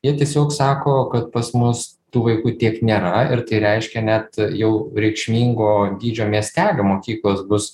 jie tiesiog sako kad pas mus tų vaikų tiek nėra ir tai reiškia net jau reikšmingo dydžio miestelių mokyklos bus